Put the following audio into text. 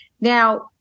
Now